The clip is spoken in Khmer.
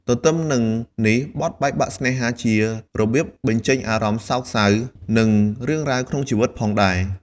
ទន្ទឹមនឹងនេះបទបែកបាក់ស្នេហាជារបៀបបញ្ចេញអារម្មណ៍សោកសៅ និងរឿងរ៉ាវក្នុងជីវិតផងដែរ។